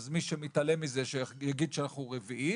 אז מי שמתעלם מזה שיגיד שאנחנו רביעית,